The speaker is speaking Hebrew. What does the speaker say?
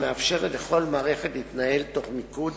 המאפשרת לכל מערכת להתנהל תוך מיקוד